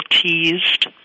teased